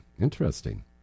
interesting